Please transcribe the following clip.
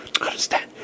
Understand